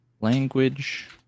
Language